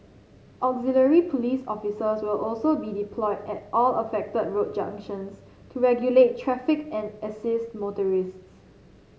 auxiliary police officers will also be deployed at all affected road junctions to regulate traffic and assist motorists